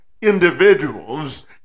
individuals